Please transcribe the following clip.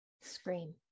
Scream